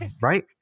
right